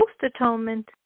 post-atonement